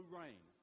rain